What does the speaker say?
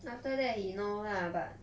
after that he know lah but